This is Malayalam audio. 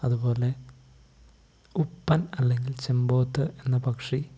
അതുപോലെ ഉപ്പൻ അല്ലെങ്കിൽ ചെമ്പോത്ത് എന്ന പക്ഷി